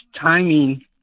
timing